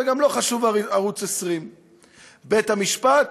וגם לא חשוב ערוץ 20. בית-המשפט?